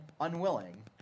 unwilling